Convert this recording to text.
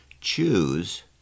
choose